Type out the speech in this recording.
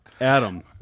Adam